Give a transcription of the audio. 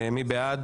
מי בעד